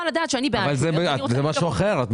זה משהו אחר.